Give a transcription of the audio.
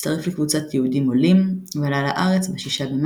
הצטרף לקבוצת יהודים עולים ועלה לארץ ישראל ב-6